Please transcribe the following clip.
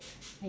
I